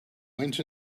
went